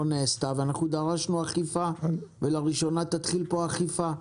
נעשתה ואנחנו דרשנו אכיפה ולראשונה תתחיל פה אכיפה.